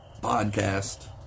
podcast